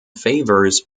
favours